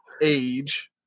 age